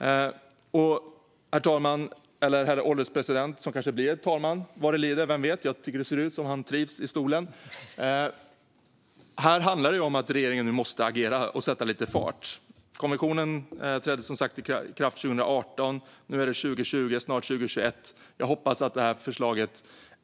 Herr ålderspresident! Här handlar det om att regeringen måste agera och sätta lite fart. Konventionen trädde som sagt i kraft 2018. Nu är det 2020 och snart 2021. Jag hoppas att detta förslag